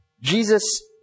Jesus